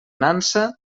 nansa